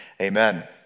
Amen